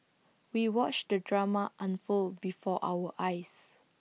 we watched the drama unfold before our eyes